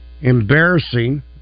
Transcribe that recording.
embarrassing